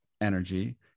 energy